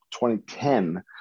2010